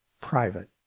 private